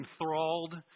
enthralled